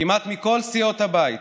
כמעט מכל סיעות הבית